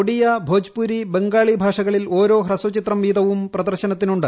ഒഡിയ ഭോജ്പുരി ബംഗാളി ഭാഷകളിൽ ഓരോ ഹ്രസ്വചിത്രം വീതവും പ്രദർശനത്തിനുണ്ട്